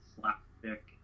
slapstick